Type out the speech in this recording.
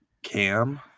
cam